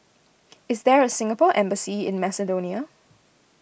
is there a Singapore Embassy in Macedonia